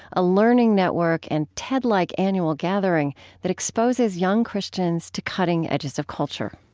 a learning network and ted-like annual gathering that exposes young christians to cutting edges of culture